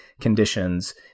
conditions